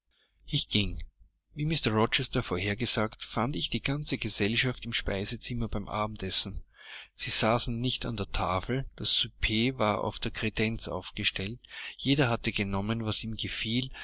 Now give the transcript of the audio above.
ich ging wie mr rochester vorhergesagt fand ich die ganze gesellschaft im speisezimmer beim abendessen sie saßen nicht an der tafel das souper war auf der kredenz aufgestellt jeder hatte genommen was ihm gefiel